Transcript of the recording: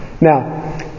Now